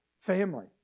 family